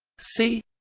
c